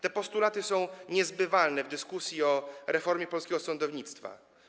Te postulaty są niezbywalne w dyskusji o reformie polskiego sądownictwa.